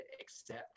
accept